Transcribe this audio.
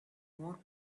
more